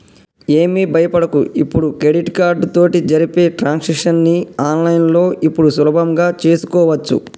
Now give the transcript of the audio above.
ఏమి భయపడకు ఇప్పుడు క్రెడిట్ కార్డు తోటి జరిపే ట్రాన్సాక్షన్స్ ని ఆన్లైన్లో ఇప్పుడు సులభంగా చేసుకోవచ్చు